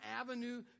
avenue